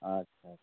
ᱟᱪᱪᱷᱟ